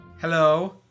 Hello